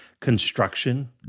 construction